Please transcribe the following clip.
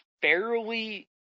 fairly